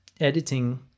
editing